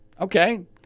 Okay